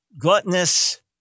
gluttonous